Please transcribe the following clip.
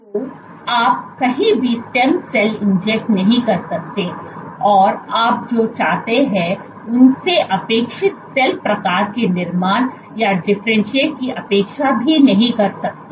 तो आप कहीं भी स्टेम सेल इंजेक्ट नहीं कर सकते हैं और आप जो चाहते हैं उनसे अपेक्षित सेल प्रकार के निर्माण या डिफरेंटशिएट की अपेक्षा नहीं कर सकते